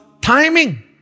timing